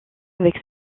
avec